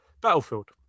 battlefield